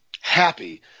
happy